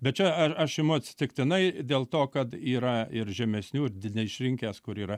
bet čia ar aš atsitiktinai dėl to kad yra ir žemesnių neišrinkęs kur yra